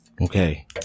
Okay